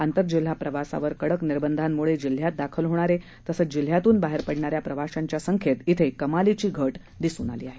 आंतरजिल्हा प्रवासावर कडक निर्बंधा मुळे जिल्ह्यात दाखल होणारे तसेच जिल्ह्यातून बाहेर जाणाऱ्या प्रवाशांच्या संख्येत कमालीची घट झाली आहे